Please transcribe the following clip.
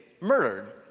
murdered